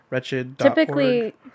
Typically